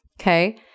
Okay